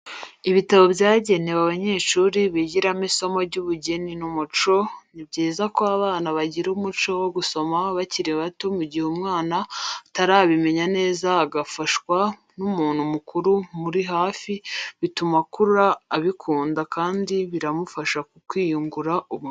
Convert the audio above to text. Ibitabo byagewe abanyeshuri bigiramo isomo ry'ubugeni n'umuco, ni byiza ko abana bagira umuco wo gusoma bakiri bato mu gihe umwana atarabimenya neza agafaswa n'umuntu mukuru umuri hafi bituma akura abikunda kandi biramufasha mu kwiyungura ubumenyi .